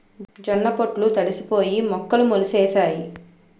జొన్న పొట్లు తడిసిపోయి మొక్కలు మొలిసేసాయి